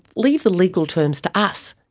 leave the legal terms to us,